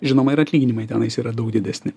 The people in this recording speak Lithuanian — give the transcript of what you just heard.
žinoma ir atlyginimai ten jis yra daug didesni